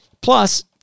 Plus